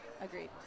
agreed